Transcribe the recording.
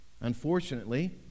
Unfortunately